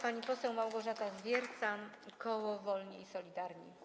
Pani poseł Małgorzata Zwiercan, koło Wolni i Solidarni.